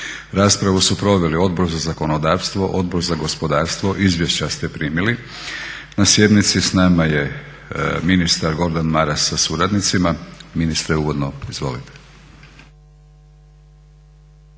Raspravu su proveli Odbor za zakonodavstvo, Odbor za gospodarstvo. Izvješća ste primili. Na sjednici s nama je ministar Gordan Maras sa suradnicima. Ministre uvodno izvolite.